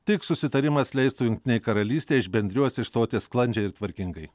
tik susitarimas leistų jungtinei karalystei iš bendrijos išstoti sklandžiai ir tvarkingai